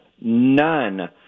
none